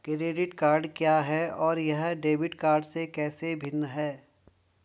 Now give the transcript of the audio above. Credit card क्या है और यह डेबिट कार्ड से कैसे भिन्न है?